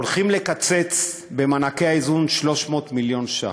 הולכים לקצץ במענקי האיזון 300 מיליון ש"ח,